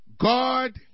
God